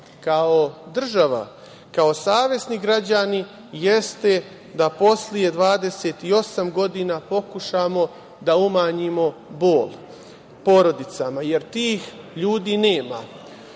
kao država, kao savesni građani, jeste da posle 28 godina pokušamo da umanjimo bol porodicama, jer tih ljudi